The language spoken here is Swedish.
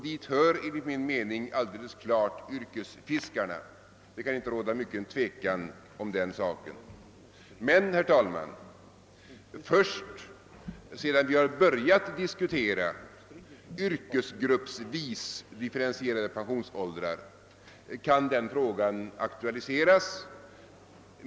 Dit hör enligt min mening alldeles klart yrkesfiskarna — det kan väl inte råda mycken tvekan om den saken. Men, herr talman, först sedan vi börjat diskutera yrkesgruppsvis differentierade pensionsåldrar kan den frågan aktualiseras.